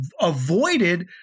avoided